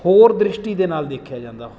ਹੋਰ ਦ੍ਰਿਸ਼ਟੀ ਦੇ ਨਾਲ ਦੇਖਿਆ ਜਾਂਦਾ